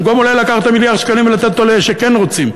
במקום לקחת את המיליארד שקלים ולתת אותם לאלה שכן רוצים.